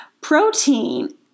protein